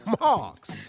marks